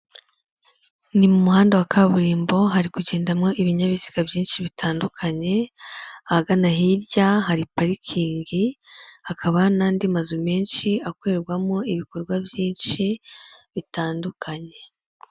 Ni mu muhanda wa kaburimbo, hari kugendamo ibinyabiziga byinshi bitandukanye, ahagana hirya hari parikingi, hakaba n'andi mazu menshi akorerwamo ibikorwa byinshi bitandukanye.